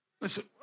Listen